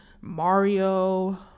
Mario